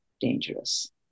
dangerous